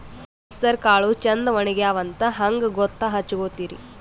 ಹೆಸರಕಾಳು ಛಂದ ಒಣಗ್ಯಾವಂತ ಹಂಗ ಗೂತ್ತ ಹಚಗೊತಿರಿ?